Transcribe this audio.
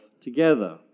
together